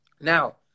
Now